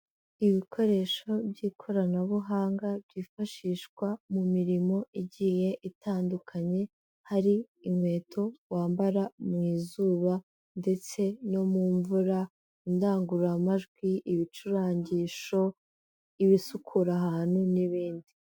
Ibikoresho by'ikoranabuhanga byifashishwa mu mirimo igiye itandukanye, hari inkweto wambara mu izuba ndetse no mu mvura, indangururamajwi, ibicurangisho, ibisukura ahantu n'ibindi.